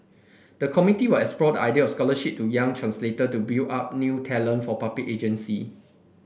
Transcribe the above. the committee were explore the idea scholarship to young translator to build up new talent for public agency